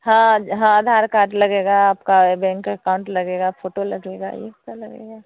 हाँ जो हाँ अधार कार्ड लगेगा आपका बैंक अकाउंट लगेगा फोटो लगेगी यही सब लगेगा